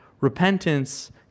Repentance